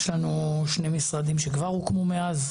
יש לנו שני משרדים שכבר הוקמו מאז,